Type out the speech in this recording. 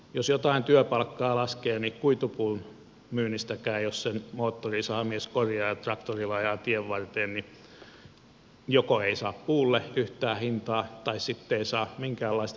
jos jotain työpalkkaa laskee niin kuitupuun myynnistäkään jos sen moottorisahamies korjaa ja traktorilla ajaa tienvarteen joko ei saa puulle yhtään hintaa tai sitten ei saa minkäänlaista tuntipalkkaa